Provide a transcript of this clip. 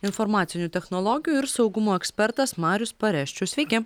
informacinių technologijų ir saugumo ekspertas marius pareščius sveiki